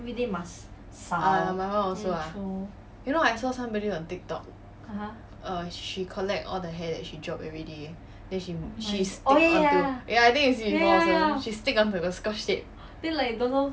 ya my hair also ah you know I saw somebody on TikTok uh she collect all the hair she drop everyday then she stick onto ya I think you see before also she stick onto the scotch tape